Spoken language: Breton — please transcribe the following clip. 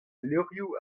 levrioù